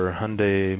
Hyundai